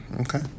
Okay